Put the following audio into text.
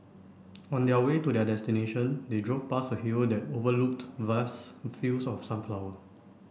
on their way to their destination they drove past a hill that overlooked vast fields of sunflower